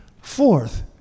fourth